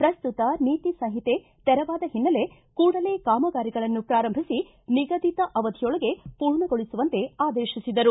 ಪ್ರಸ್ತುತ ನೀತಿ ಸಂಹಿತೆ ತೆರವಾದ ಹಿನ್ನೆಲೆ ಕೂಡಲೇ ಕಾಮಗಾರಿಗಳನ್ನು ಪ್ರಾರಂಭಿಸಿ ನಿಗದಿತ ಅವಧಿಯೊಳಗೆ ಪೂರ್ಣಗೊಳಿಸುವಂತೆ ಆದೇಶಿಸಿದರು